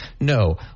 No